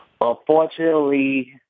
Unfortunately